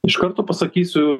iš karto pasakysiu